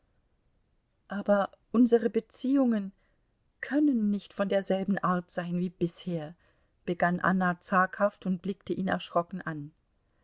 aber unsere beziehungen können nicht von derselben art sein wie bisher begann anna zaghaft und blickte ihn erschrocken an